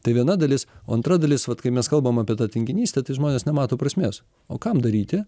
tai viena dalis o antra dalis vat kai mes kalbam apie tą tinginystę tai žmonės nemato prasmės o kam daryti